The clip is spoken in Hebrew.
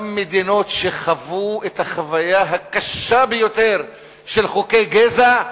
גם מדינות שחוו את החוויה הקשה ביותר של חוקי גזע,